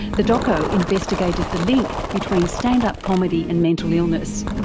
the doco investigated the link between stand-up comedy and mental illness.